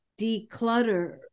declutter